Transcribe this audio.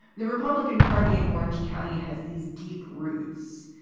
the republican party in orange county has these deep roots.